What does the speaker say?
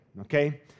Okay